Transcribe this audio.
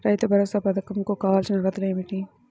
రైతు భరోసా పధకం కు కావాల్సిన అర్హతలు ఏమిటి?